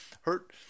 Hurt